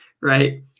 right